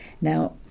Now